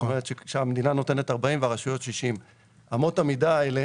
שהמדינה נותנת 40 והרשויות 60. באמות המידה האלה,